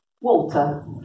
Walter